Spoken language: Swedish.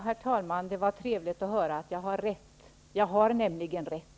Herr talman! Det var trevligt att höra att jag har rätt. Jag har nämligen rätt.